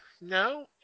no